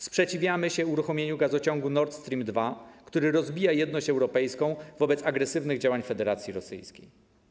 Sprzeciwiamy się uruchomieniu gazociągu Nord Stream 2, który rozbija jedność europejską wobec agresywnych działań Federacji Rosyjskiej.